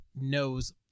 knows